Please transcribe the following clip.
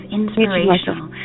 inspirational